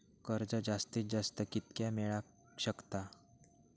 कर्ज जास्तीत जास्त कितक्या मेळाक शकता?